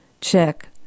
Check